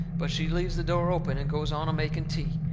but she leaves the door open and goes on a-making tea,